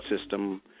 system